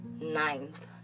ninth